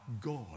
God